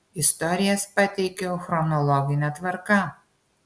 istorijas pateikiau chronologine tvarka